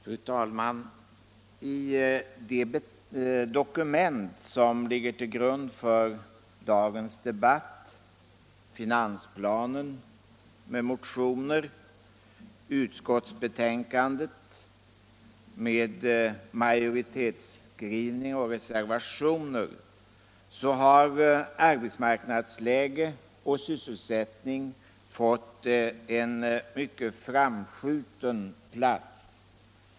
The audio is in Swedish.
Fru talman! I de dokument som ligger till grund för dagens debatt —- finansplanen med motioner, utskottsbetänkandet med majoritetsskrivning och reservationer — har arbetsmarknadsläge och sysselsättning fått en mycket framskjuten plats.